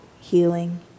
healing